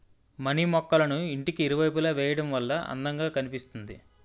money మొక్కళ్ళను ఇంటికి ఇరువైపులా వేయడం వల్ల అందం గా కనిపిస్తుంది